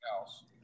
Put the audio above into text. else